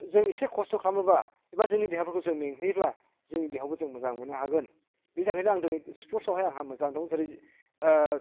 जों एसे खस्थ' खालामोब्ला एबा जोंनि देहाफोरखौ जों मेंहोयोब्ला जोंनि देहायावबो जों मोजां मोननो हागोन बिनि थाखायनो आं दिनै स्पर्टसआवहाय आंहा मोजां दं जेरै